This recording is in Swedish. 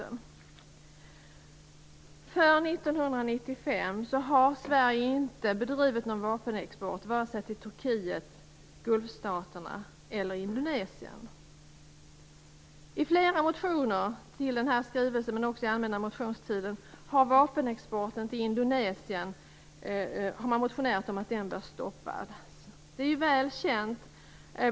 Under 1995 har Sverige inte bedrivit någon vapenexport till vare sig Turkiet, Gulfstaterna eller Indonesien. I flera motioner till denna skrivelse men också under allmänna motionstiden har man krävt att vapenexporten till Indonesien bör stoppas.